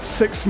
six